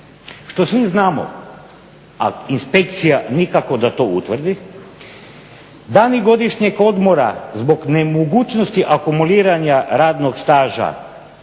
što svi znamo, ali inspekcija nikako da to utvrdi. Dani godišnjeg odmora zbog nemogućnosti akumuliranja radnog staža